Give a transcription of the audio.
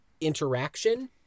interaction